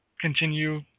continue